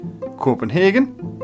Copenhagen